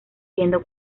siendo